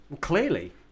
Clearly